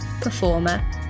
performer